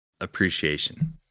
appreciation